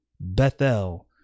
Bethel